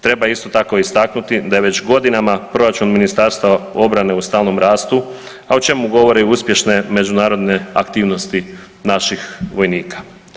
Treba isto tako istaknuti da je već godinama proračun Ministarstva obrane u stalnom rastu, a o čemu govore uspješne međunarodne aktivnosti naših vojnika.